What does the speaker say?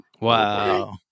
Wow